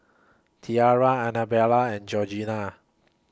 Tiara Annabelle and Georgina